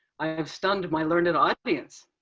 i have stunned my learned audience.